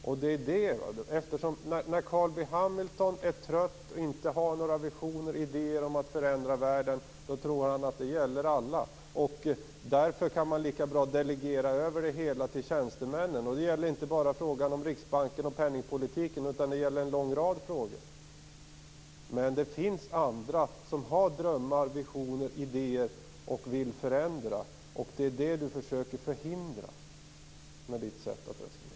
När Carl B Hamilton är trött och inte har några visioner och idéer om att förändra världen tror han att det gäller alla och tycker att man därför lika bra kan delegera det hela till tjänstemännen. Det gäller inte bara frågan om Riksbanken och penningpolitiken utan en lång rad frågor. Men det finns andra som har drömmar, visioner och idéer och som vill förändra, och det är det Carl B Hamilton försöker förhindra med sitt sätt att resonera.